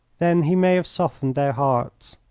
then he may have softened their hearts.